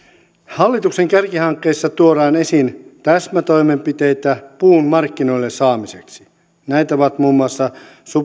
hallituksen kärkihankkeissa tuodaan esiin täsmätoimenpiteitä puun markkinoille saamiseksi näitä ovat muun muassa